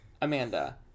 Amanda